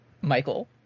Michael